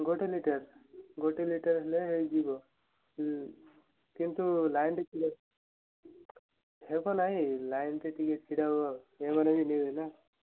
ଗୋଟେ ଲିଟର ଗୋଟେ ଲିଟର ହେଲେ ହେଇଯିବ ହୁଁମ୍ କିନ୍ତୁ ଲାଇନ୍ରେ ହେବ ନାହିଁ ଲାଇନ୍ରେ ଟିକେ ଛିଡ଼ା ହୁଅ ଏମାନେ ବି ନେବେ ନା